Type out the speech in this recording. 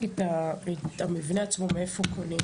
קנה אפשר לקנות באיביי?